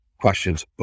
questions